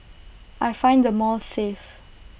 I find the malls safe